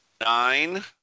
nine